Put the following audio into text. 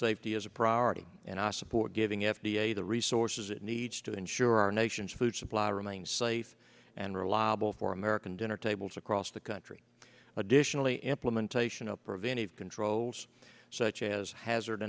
safety is a priority and i support giving f d a the resources it needs to ensure our nation's food supply remain safe and reliable for american dinner tables across the country additionally implementation of preventive controls such as hazard